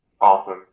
awesome